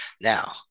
Now